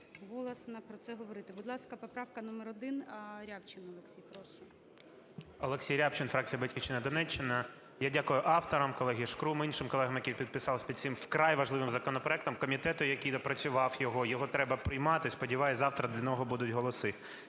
Олексій. Прошу. 13:21:01 РЯБЧИН О.М. Олексій Рябчин, фракція "Батьківщина", Донеччина. Я дякую авторам: колезі Шкрум, іншим колегам, - які підписалися під цим вкрай важливим законопроектом комітету, який доопрацював його. Його треба приймати. Сподіваюся, завтра для нього будуть голоси.